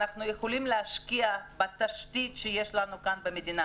אנחנו יכולים להשקיע בתשתית שיש לנו כאן במדינה